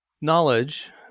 knowledge